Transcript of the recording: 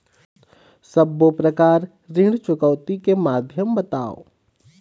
सब्बो प्रकार ऋण चुकौती के माध्यम बताव?